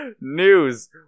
News